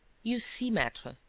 you see, maitre,